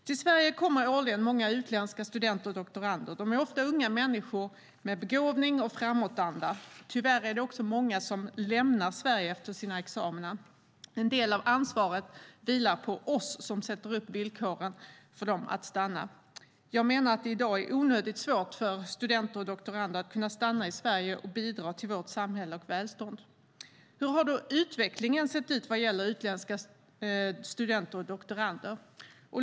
Till Sverige kommer årligen många utländska studenter och doktorander. Det är ofta unga människor med begåvning och framåtanda. Tyvärr är det också många som lämnar Sverige efter sina examina. En del av ansvaret vilar på oss som sätter upp villkoren för dem att stanna. Jag menar att det i dag är onödigt svårt för studenter och doktorander att kunna stanna i Sverige och bidra till vårt samhälle och vårt välstånd. Hur har då utvecklingen sett ut vad gäller utländska studenter och doktorander?